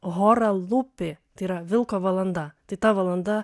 hora lupi tai yra vilko valanda tai ta valanda